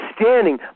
standing